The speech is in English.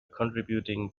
contributing